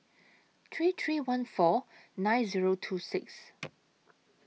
three three one four nine Zero two six